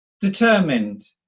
determined